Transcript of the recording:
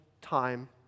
time